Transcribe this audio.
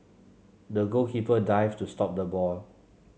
the goalkeeper dived to stop the ball